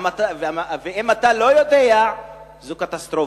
ואם אתה לא יודע זאת קטסטרופה.